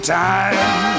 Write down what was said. time